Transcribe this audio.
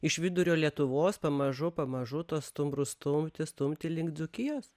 iš vidurio lietuvos pamažu pamažu tuos stumbrus stumti stumti link dzūkijos